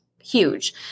huge